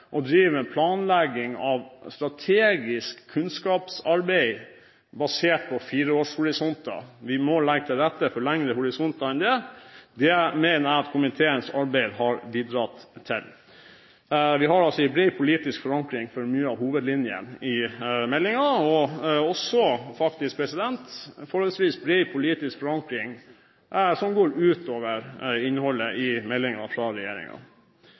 å drive med planlegging av strategisk kunnskapsarbeid basert på fireårshorisonter. Vi må legge til rette for en lengre horisont enn det. Det mener jeg at komiteens arbeid har bidratt til. Vi har en bred politisk forankring for mye av hovedlinjene i meldingen og også – faktisk – en forholdsvis bred politisk forankring ut over innholdet i meldingen fra